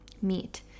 meat